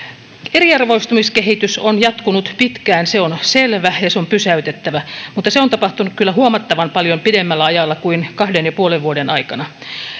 eriarvoistumiskehitys on jatkunut pitkään se on selvä ja se on pysäytettävä mutta se on tapahtunut kyllä huomattavan paljon pidemmällä ajalla kuin kahden ja puolen vuoden aikana